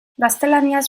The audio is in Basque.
gaztelaniaz